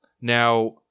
Now